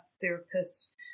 therapist